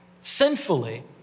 sinfully